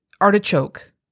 Artichoke